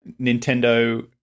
Nintendo